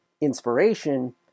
inspiration